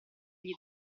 gli